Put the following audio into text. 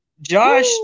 Josh